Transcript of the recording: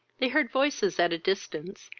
they heard voices at a distance,